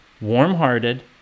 warm-hearted